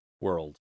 world